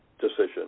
decision